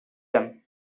him